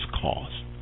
cost